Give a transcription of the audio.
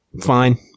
fine